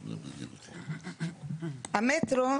המטרו,